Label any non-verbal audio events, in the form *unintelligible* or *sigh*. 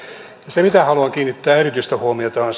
se mihin haluan kiinnittää erityistä huomiota on *unintelligible*